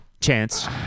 Chance